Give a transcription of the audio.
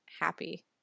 happy